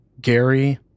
Gary